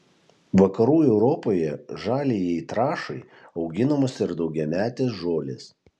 vakarų europoje žaliajai trąšai auginamos ir daugiametės žolės